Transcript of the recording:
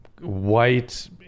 white